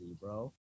bro